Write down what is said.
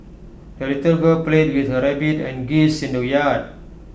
the little girl played with her rabbit and geese in the yard